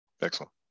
Excellent